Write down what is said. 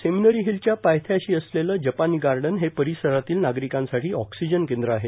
seminary हिलच्या पायथ्याशी असलेले जपानी गार्डन हे परिसरातील नागरिकांसाठी ऑक्सिजन केंद्रश आहे